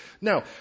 Now